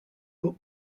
but